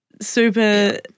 super